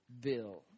bill